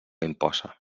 imposa